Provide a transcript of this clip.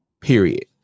period